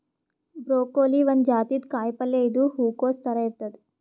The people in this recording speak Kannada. ಬ್ರೊಕೋಲಿ ಒಂದ್ ಜಾತಿದ್ ಕಾಯಿಪಲ್ಯ ಇದು ಹೂಕೊಸ್ ಥರ ಇರ್ತದ್